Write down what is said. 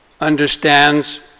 understands